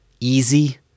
easy